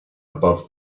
above